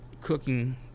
cooking